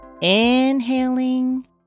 inhaling